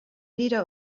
leader